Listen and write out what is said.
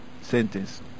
sentence